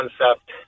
concept